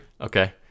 okay